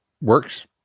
works